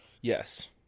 Yes